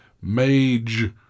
Mage